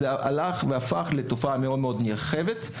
זה הלך והפך לתופעה מאוד מאוד נרחבת,